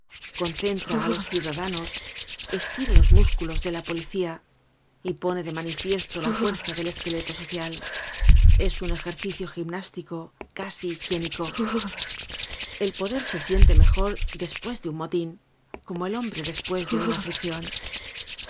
concentra á los ciudadanos estira los músculos de la policía y pone de manifiesto la fuerza del esqueleto social eiun ejercicio gimnástico casi higiénico el poder se siente mejor despues de un motin como el hombre despues de una friccion